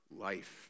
life